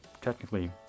technically